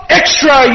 extra